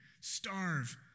Starve